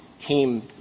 came